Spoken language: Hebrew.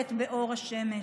המערכת באור השמש.